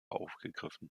aufgegriffen